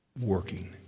working